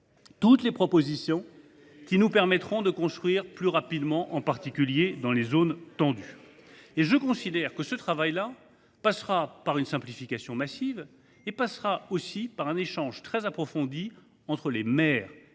toutes les propositions qui nous permettront de construire plus rapidement, en particulier dans les zones tendues. Ce travail passera par une simplification massive et par un échange très approfondi entre les maires et le